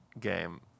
game